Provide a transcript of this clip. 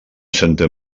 santa